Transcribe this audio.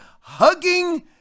hugging